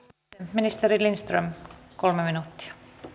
ministeri lindström kolme minuuttia